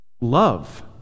love